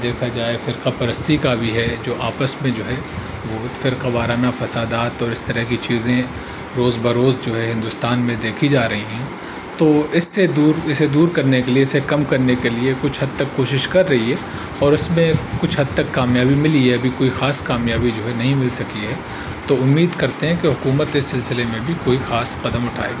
دیکھا جائے فرقہ پرستی کا بھی ہے جو آپس میں جو ہے وہ پھر فرقہ وارانہ فسادات اور اس طرح کی چیزیں روز بروز جو ہے ہندوستان میں دیکھی جا رہی ہیں تو اس سے دور اسے دور کرنے کے لیے اسے کم کرنے کے لیے کچھ حد تک کوشش کر رہی ہے اور اس میں کچھ حد تک کامیابی ملی ہے ابھی کوئی خاص کامیابی جو ہے نہیں مل سکی ہے تو امید کرتے ہیں کہ حکومت اس سلسلے میں بھی کوئی خاص قدم اٹھائے